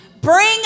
bring